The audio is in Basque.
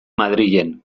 madrilen